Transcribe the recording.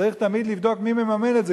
וצריך תמיד לבדוק מי מממן את זה,